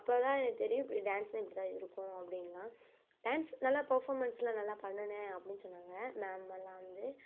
அப்போ தான் எனக்கு தெரியும் இப்படி டான்ஸ்னால் இப்படி தான் இருக்கும் அப்படின்லாம் டான்ஸ் நல்ல பர்ஃப்ஃபார்மன்ஸ்லாம் நல்லா பண்ணுன அப்படினு சொன்னாங்க மேமல்லாம் வந்து